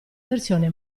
versione